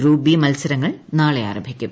group B മത്സര ങ്ങളും നാളെ ആരംഭിക്കും